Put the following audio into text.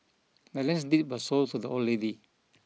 the land's deed was sold to the old lady